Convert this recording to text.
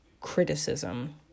criticism